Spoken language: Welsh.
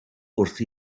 wrth